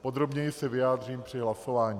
Podrobněji se vyjádřím při hlasování.